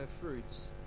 fruits